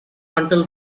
until